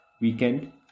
weekend